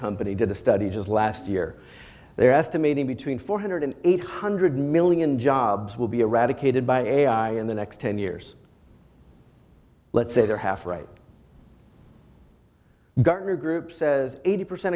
company did a study just last year they're estimating between four hundred and eight hundred million jobs will be eradicated by ai in the next ten years let's say they're half right gartner group says eighty percent